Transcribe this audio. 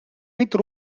mitu